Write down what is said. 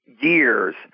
years